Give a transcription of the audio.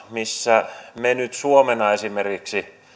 missä me nyt suomena esimerkiksi